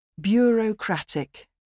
bureaucratic